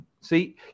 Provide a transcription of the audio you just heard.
See